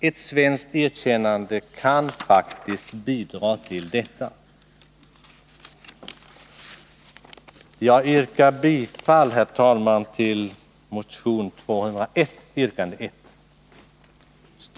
Ett svenskt erkännande kan faktiskt bidra till detta. Herr talman! Jag yrkar bifall till motion 201 yrkande 1.